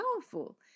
powerful